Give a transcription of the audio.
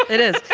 it is.